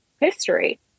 history